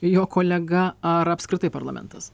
jo kolega ar apskritai parlamentas